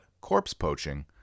corpse-poaching